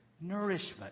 nourishment